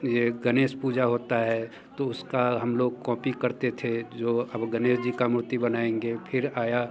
ये गणेश पूजा होता है तो उसका हम लोग कॉपी करते थे जो अब गणेश जी की मूर्ति बनाएँगे फिर आया